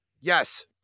Yes